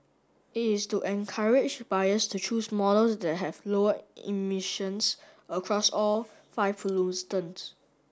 it is to encourage buyers to choose models that have lower emissions across all five